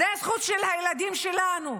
זאת הזכות של הילדים שלנו.